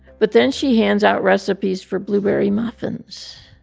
but then she hands out recipes for blueberry muffins.